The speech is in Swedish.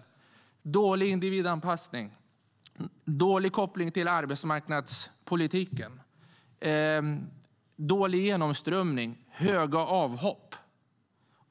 Det har varit dålig individanpassning, dålig koppling till arbetsmarknadspolitiken, dålig genomströmning, höga avhopp